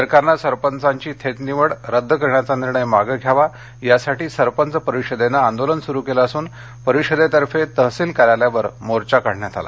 सरकारनं सरपंचांची थेट निवड रद्द करण्याचा निर्णय मागे घ्यावा यासाठी सरपंच परिषदेनं आंदोलन सुरू केलं असून परिषदेतर्फे तहसील कार्यालयावर मोर्चा काढण्यात आला